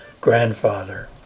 grandfather